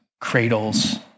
cradles